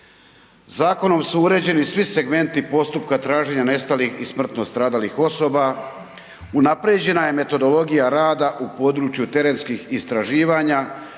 Zakonom su uređeni svi segmenti postupka traženja nestalih i smrtno stradalih osoba, unaprijeđena je metodologija rada u području terenskih istraživanja